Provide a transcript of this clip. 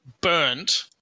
burnt